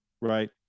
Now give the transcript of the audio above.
right